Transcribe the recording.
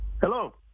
Hello